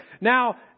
Now